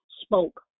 spoke